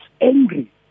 angry